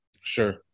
Sure